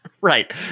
Right